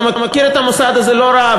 אתה מכיר את המוסד הזה לא רע.